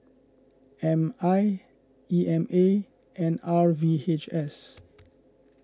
M I E M A and R V H S